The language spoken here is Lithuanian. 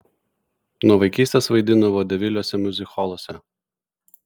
nuo vaikystės vaidino vodeviliuose miuzikholuose